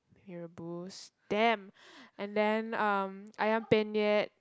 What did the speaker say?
Mee-Rebus damn and then um Ayam-Penyet